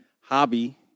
hobby